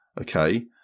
okay